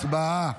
הצבעה.